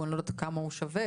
אני לא יודעת כמה הוא שווה,